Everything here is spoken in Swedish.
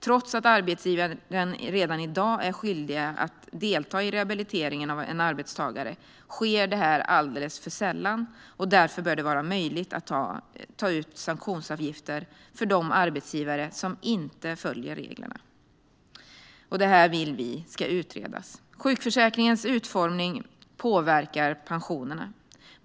Trots att arbetsgivare redan i dag är skyldiga att delta i rehabiliteringen av en arbetstagare sker detta alltför sällan. Därför bör det vara möjligt att ta ut sanktionsavgifter av de arbetsgivare som inte följer reglerna. Vi vill att detta ska utredas. Sjukförsäkringens utformning påverkar pensionerna.